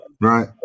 Right